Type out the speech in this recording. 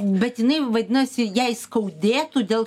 bet jinai vadinasi jei skaudėtų dėl